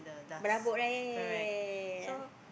berabuk right yeah yeah yeha yeah yeah yeah yeah